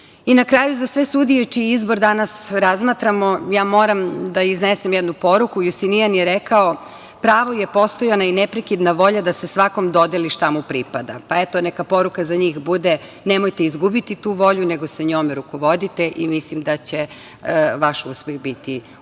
kraju, za sve sudije čiji izbor danas razmatramo, moram da iznesem jednu poruku. Justinijan je rekao: „Pravo je postojana i neprekidna volja da se svakome dodeli šta mu pripada.“ Pa, eto, neka poruka za njih bude – nemojte izgubiti tu volju, nego se njome rukovodite i mislim da će vaš uspeh biti u svakom